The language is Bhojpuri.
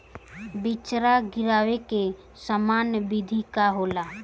बिचड़ा गिरावे के सामान्य विधि का होला?